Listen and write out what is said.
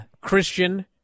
Christian